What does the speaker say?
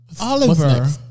Oliver